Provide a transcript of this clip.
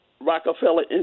Rockefeller